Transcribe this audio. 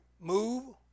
move